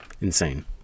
insane